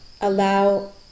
allow